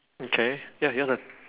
okay ya here's a